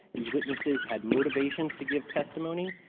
these witnesses had motivations to give testimony.